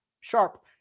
sharp